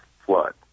flood